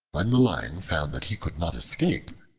when the lion found that he could not escape,